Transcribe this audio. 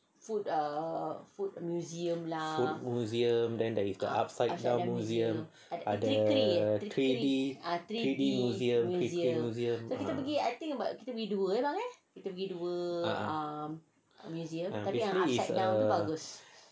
food museum then there is the upside down museum ada the three D three D museum ah basically is the